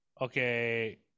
okay